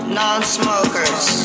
non-smokers